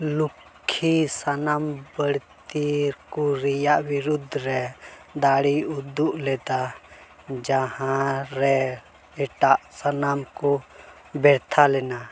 ᱞᱚᱠᱷᱤ ᱥᱟᱱᱟᱢ ᱵᱟᱹᱲᱛᱤ ᱠᱚ ᱨᱮᱭᱟᱜ ᱵᱤᱨᱩᱫ ᱨᱮ ᱫᱟᱲᱮ ᱩᱫᱩᱜ ᱞᱮᱫᱟ ᱡᱟᱦᱟᱸ ᱨᱮ ᱮᱴᱟᱜ ᱥᱟᱱᱟᱢ ᱠᱚ ᱵᱮᱨᱛᱷᱟ ᱞᱮᱱᱟ